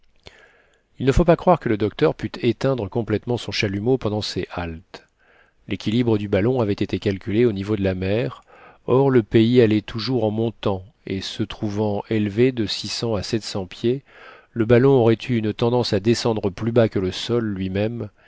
il ne faut pas croire que le docteur pût éteindre complètement son chalumeau pendant ses haltes l'équilibre du ballon avait été calculé au niveau de la mer or le pays allait toujours en montant et se trouvant élevé de à pieds le ballon aurait eu une tendance à descendre plus bas que le sol lui-même